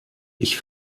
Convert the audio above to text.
ich